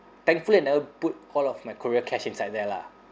thankfully I never put all of my korea cash inside there lah